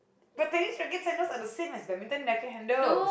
but tennis rackets handles are the same as badminton racket handles